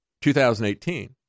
2018